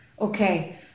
Okay